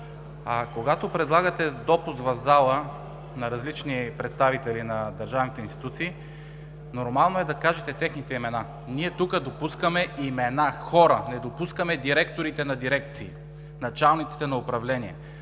Когато предлагате допуск в залата на различни представители на държавните институции, нормално е да кажете техните имена. Ние тук допускаме имена, хора, не допускаме директорите на дирекции, началниците на управления.